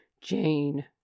Jane